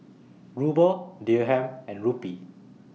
Ruble Dirham and Rupee